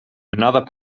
another